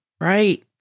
right